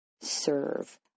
serve